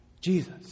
Jesus